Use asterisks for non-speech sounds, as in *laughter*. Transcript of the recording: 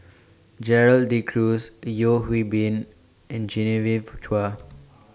Gerald De Cruz Yeo Hwee Bin and Genevieve Chua *noise*